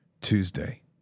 Tuesday